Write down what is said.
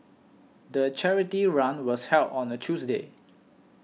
the charity run was held on a Tuesday